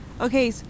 okay